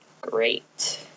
great